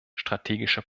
strategischer